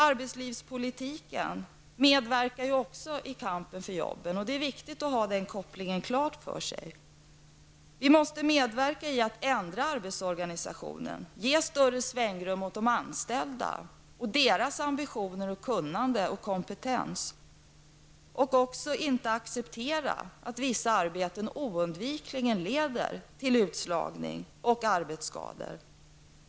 Arbetslivspolitiken medverkar ju också i kampen för jobben. Det är viktigt att ha den kopplingen klar för sig. Vi måste medverka till att ändra arbetsorganisationen: ge större svängrum åt de anställda, åt deras ambitioner, kunnande och kompetens. Vi får inte acceptera att vissa arbeten oundvikligen leder till utslagning och arbetsskador.